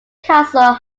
castle